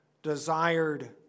desired